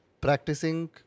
practicing